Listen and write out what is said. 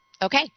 Okay